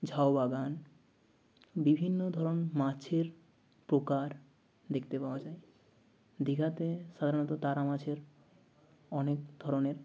ঝাউ বাগান বিভিন্ন ধরন মাছের প্রকার দেখতে পাওয়া যায় দীঘাতে সাধারণত তারা মাছের অনেক ধরনের